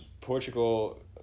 Portugal